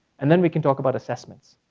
and then we can talk about assessments.